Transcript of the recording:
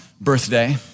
birthday